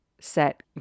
set